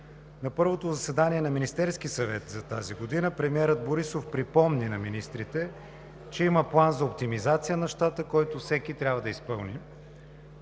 На първото заседание на Министерския съвет за тази година премиерът Борисов припомни на министрите, че има план за оптимизация на щата, който всеки трябва да изпълни.